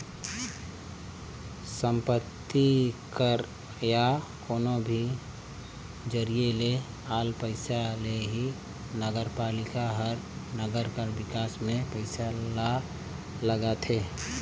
संपत्ति कर या कोनो भी जरिए ले आल पइसा ले ही नगरपालिका हर नंगर कर बिकास में पइसा ल लगाथे